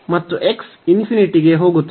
ಮತ್ತು x ಗೆ ಹೋಗುತ್ತದೆ